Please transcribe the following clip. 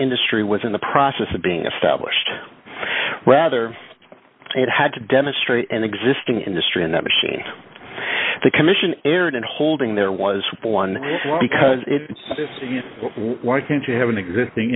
industry was in the process of being established whether it had to demonstrate an existing industry in that machine the commission erred in holding there was one because it why can't you have an existing